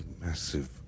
massive